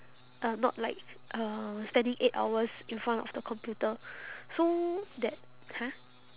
uh not like uh standing eight hours in front of the computer so that !huh!